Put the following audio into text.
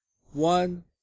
One